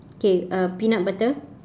okay uh peanut butter